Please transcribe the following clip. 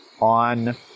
on